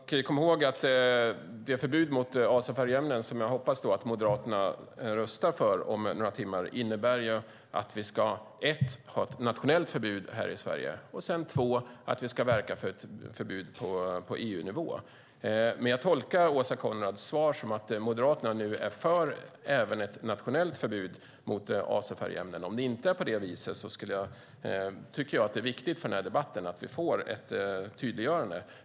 Herr talman! Vi kan komma ihåg att det förbud mot azofärgämnen som jag hoppas att Moderaterna röstar för om några timmar innebär att vi ska 1. ha ett nationellt förbud här i Sverige och 2. verka för ett förbud på EU-nivå. Jag tolkar dock Åsa Coenraads svar som att Moderaterna nu är för även ett nationellt förbud mot azofärgämnen. Om det inte är på det viset tycker jag att det är viktigt för denna debatt att vi får ett tydliggörande.